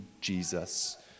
Jesus